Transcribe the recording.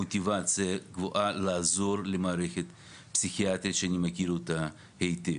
מוטיבציה גבוהה לעזור למערכת הפסיכיאטרית שאני מכיר אותה היטב.